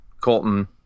Colton